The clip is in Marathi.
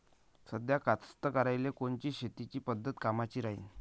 साध्या कास्तकाराइले कोनची शेतीची पद्धत कामाची राहीन?